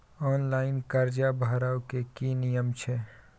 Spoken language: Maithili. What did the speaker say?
ऑनलाइन कर्जा भरै के की नियम छै?